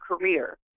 career